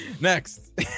Next